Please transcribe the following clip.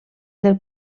del